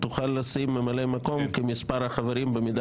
תוכל לשים ממלא מקום כמספר החברים.